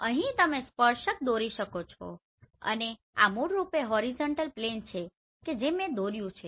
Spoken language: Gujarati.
અહીં તમે સ્પર્શક દોરી શકો છો અને આ મૂળરૂપે હોરિઝોન્ટલ પ્લેન છે કે જે તમે દોર્યું છે